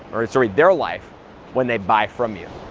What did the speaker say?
or sorry, their life when they buy from you.